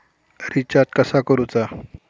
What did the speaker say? Recharge कसा करूचा?